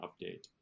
update